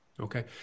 Okay